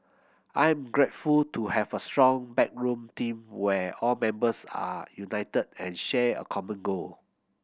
I am grateful to have a strong backroom team where all members are united and share a common goal